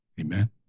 Amen